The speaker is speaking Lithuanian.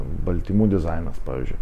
baltymų dizainas pavyzdžiui